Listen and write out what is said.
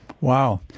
Wow